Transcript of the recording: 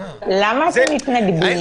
למה אתם מתנגדים לקלפי ניידת?